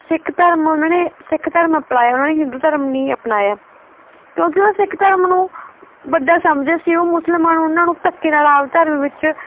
ਸਿੱਖ ਧਰਮ ਨੂੰ ਉਹਨਾਂ ਨੇ ਸਿੱਖ ਧਰਮ ਅਪਣਾਇਆ ਉਹਨਾਂ ਨੇ ਹਿੰਦੂ ਧਰਮ ਨਹੀਂ ਅਪਣਾਇਆ ਕਿਉਂਕਿ ਉਹ ਸਿੱਖ ਧਰਮ ਨੂੰ ਵੱਡਾ ਸਮਝਦੇ ਸੀ ਉਹ ਮੁਸਲਮਾਨ ਉਹਨਾਂ ਨੂੰ ਧੱਕੇ ਨਾਲ ਆਪ ਧਰਮ ਵਿੱਚ